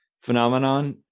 phenomenon